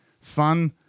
fun